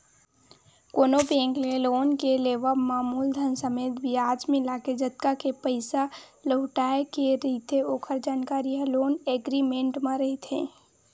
कोनो बेंक ले लोन के लेवब म मूलधन समेत बियाज मिलाके जतका के पइसा लहुटाय के रहिथे ओखर जानकारी ह लोन एग्रीमेंट म रहिथे